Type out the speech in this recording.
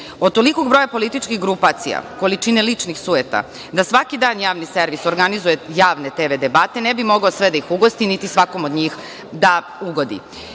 tolikog broja političkih grupacija, količine ličnih sujeta da svaki dan javni servis organizuje javne TV debate, ne bi mogao sve da ih ugosti niti svakom od njih da ugodi.